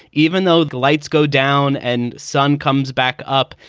even though the lights go down and sun comes back up.